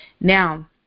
Now